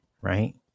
right